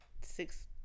six